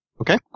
Okay